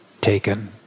taken